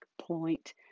point